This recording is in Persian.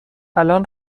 الان